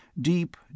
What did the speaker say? Deep